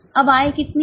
अब आय कितनी है